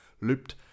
looped